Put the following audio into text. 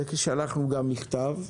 ושלחנו גם מכתב.